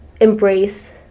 embrace